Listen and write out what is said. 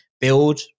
build